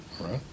Right